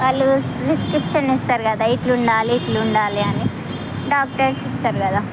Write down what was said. వాళ్ళు ప్రిస్క్రిప్షన్ ఇస్తారు కదా ఇట్లుండాలి ఇట్లుండాలి అని డాక్టర్స్ ఇస్తారు కదా